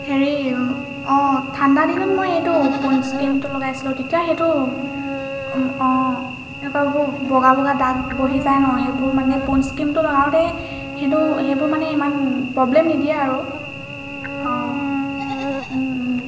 হেৰি অঁ ঠাণ্ডা দিনত মই এইটো পোণ্ডছ ক্ৰীমটো লগাইছিলোঁ তেতিয়া সেইটো অঁ এনেকুৱাবোৰ বগা বগা দাগ বহি যায় ন পোণ্ডছ ক্ৰীমটো লগাওঁতে সেইটো সেইবোৰ মানে ইমান প্ৰব্লেম নিদিয়ে আৰু অঁ